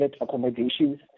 accommodations